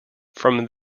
from